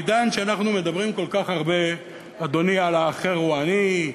בעידן שאנחנו מדברים כל כך הרבה על "האחר הוא אני",